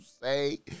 say